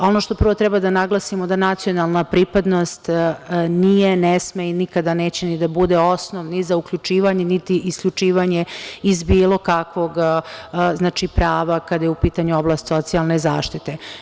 Ono što prvo treba da naglasimo da nacionalna pripadnost nije, ne sme i nikada neće ni da bude osnov ni za uključivanje, niti isključivanje iz bilo kakvog prava kada je u pitanju oblast socijalne zaštite.